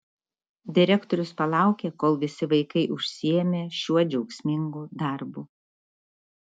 direktorius palaukė kol visi vaikai užsiėmė šiuo džiaugsmingu darbu